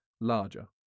larger